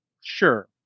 sure